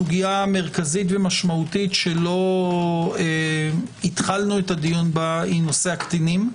סוגיה מרכזית ומשמעותית שלא התחלנו את הדיון בה היא נושא הקטינים.